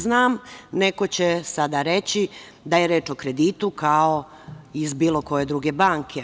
Znam, neko će sada reći da je reč o kreditu kao iz bilo koje druge banke.